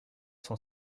son